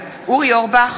אורי אורבך,